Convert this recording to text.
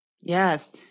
Yes